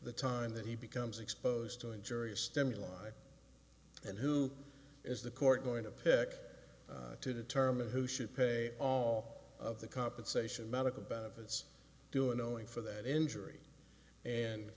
the time that he becomes exposed to injurious stimuli and who is the court going to pick to determine who should pay all of the compensation medical benefits doing knowing for that injury and